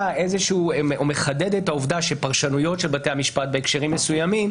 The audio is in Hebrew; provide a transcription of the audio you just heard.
או מחדד את העובדה שפרשנויות של בתי המשפט בהקשרים מסוימים,